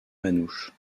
manouche